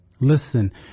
Listen